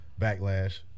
backlash